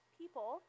people